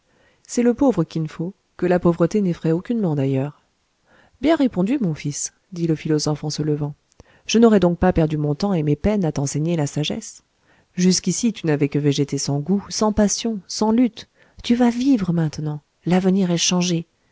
c'est le pauvre kin fo que la pauvreté n'effraie aucunement d'ailleurs bien répondu mon fils dit le philosophe en se levant je n'aurai donc pas perdu mon temps et mes peines à t'enseigner la sagesse jusqu'ici tu n'avais que végété sans goût sans passions sans luttes tu vas vivre maintenant l'avenir est changé